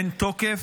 אין תוקף.